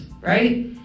right